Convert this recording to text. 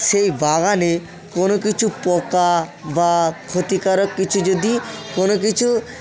সেই বাগানে কোনো কিছু পোকা বা ক্ষতিকারক কিছু যদি কোনো কিছু